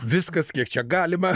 viskas kiek čia galima